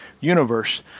universe